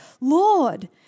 Lord